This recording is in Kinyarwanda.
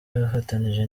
yafatanije